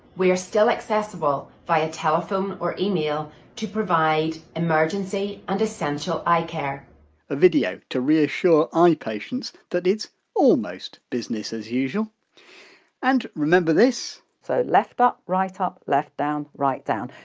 we are still accessible via telephone or email to provide emergency and essential eyecare a video to reassure eye patients that it's almost business as usual and remember this? so, left up, right up, left down, right down.